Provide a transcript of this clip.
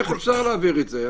איך אפשר להעביר את זה?